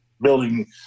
building